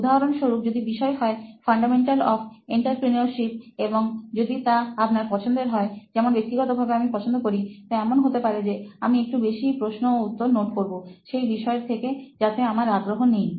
উদাহরণ স্বরূপ যদি বিষয় হয় ফান্ডামেন্টাল অফ এন্টারপ্রেনিওশিপ এবং যদি তা আপনার পছন্দের হয় যেমন ব্যক্তিগত ভাবে আমি পছন্দ করি তো এমন হতে পারে যে আমি একটু বেশিই প্রশ্ন ও উত্তর নোট করবো সেই বিষয়ের থেকে যাতে আমার আগ্রহ নেই